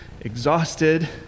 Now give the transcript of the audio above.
exhausted